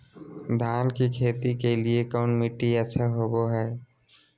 धान की खेती के लिए कौन मिट्टी अच्छा होबो है?